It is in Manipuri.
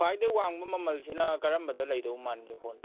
ꯈ꯭ꯋꯥꯏꯗꯒꯤ ꯋꯥꯡꯕ ꯃꯃꯜꯁꯤꯅ ꯀꯔꯝꯕꯗ ꯂꯩꯗꯧ ꯃꯥꯟꯒꯦ ꯐꯣꯟꯁꯦ